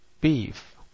beef